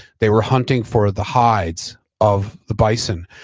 they were hunting for the hides of the bison.